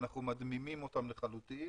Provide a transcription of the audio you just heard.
אנחנו מדמימים אותן לחלוטין,